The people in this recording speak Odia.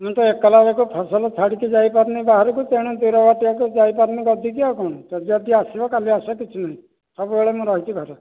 ମୁଁ ତ ଏକଲା ଲୋକ ଫସଲ ଛାଡ଼ିକି ଯାଇପାରୁନି ବାହାରକୁ ତେଣୁ ଦୂର ବାଟିଆକୁ ଯାଇପାରୁନି ଗାଦିକୁ ଆଉ କ'ଣ ଯଦି ଆସିବ କାଲି ଆସ ଆଉ କିଛି ନାହିଁ ସବୁବେଳେ ମୁଁ ରହିଛି ଘରେ